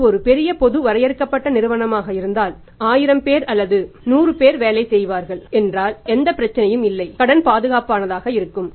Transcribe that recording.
இது ஒரு பெரிய பொது வரையறுக்கப்பட்ட நிறுவனமாக இருந்தால் 1000 பேர் அல்லது 100 பேர் வேலை செய்கிறார்கள் என்றால் எந்த பிரச்சனையும் இல்லை கடன் பாதுகாப்பானதாக இருக்கும்